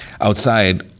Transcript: Outside